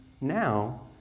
now